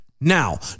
now